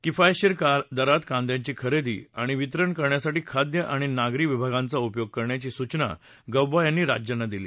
किफायतशीर दरात कांद्याची खरेदी आणि वितरण करण्यासाठी खाद्य आणि नागरी विभागांचा उपयोग करण्याची सूचना गौबा यांनी राज्यांना केली